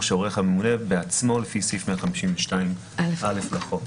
שעורך הממונה בעצמו לפי סעיף 152(א) לחוק."